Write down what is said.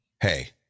hey